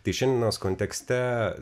tai šiandienos kontekste